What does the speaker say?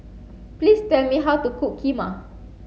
please tell me how to cook Kheema